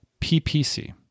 PPC